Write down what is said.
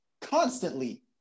constantly